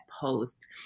post